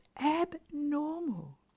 abnormal